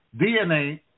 DNA